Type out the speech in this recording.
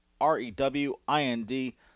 R-E-W-I-N-D